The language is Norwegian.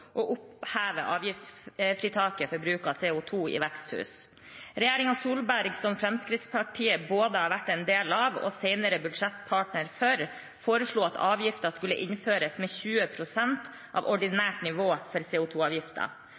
å oppheve avgiftsfritaket for bruk av CO 2 i veksthus. Solberg-regjeringen, som Fremskrittspartiet både har vært en del av og senere har vært budsjettpartner for, foreslo at avgiften skulle innføres med 20 pst. av ordinært nivå for